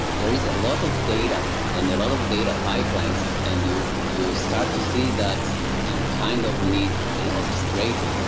there is a lot of data and a lot of data pipelines and you you start to see that you kind of need an orchestrator.